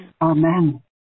Amen